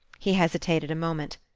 he hesitated a moment.